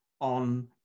on